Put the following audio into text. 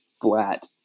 flat